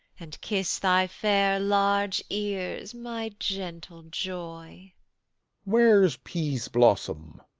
and kiss thy fair large ears, my gentle joy where's peaseblossom?